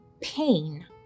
pain